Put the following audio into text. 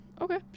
okay